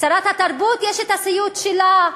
לשרת התרבות יש הסיוט שלה.